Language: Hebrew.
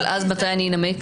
אבל אז מתי אני אנמק?